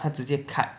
它直接 cut